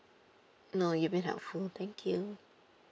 no you been helpful thank you